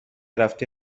رفتی